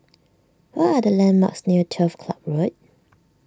what are the landmarks near Turf Club Road